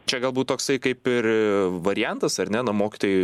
čia galbūt toksai kaip ir variantas ar ne mokytojui